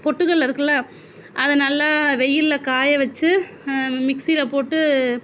பொட்டுக்கல்லை இருக்குல்ல அதை நல்ல வெயிலில் காய வச்சு மிக்ஸியில போட்டு